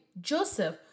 joseph